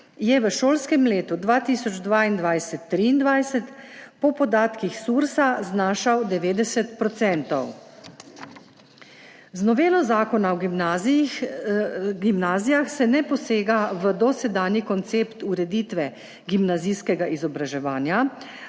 je v šolskem letu 2022/23 po podatkih Sursa znašal 90 %. Z novelo Zakona o gimnazijah se ne posega v dosedanji koncept ureditve gimnazijskega izobraževanja,